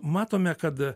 matome kad